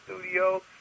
studio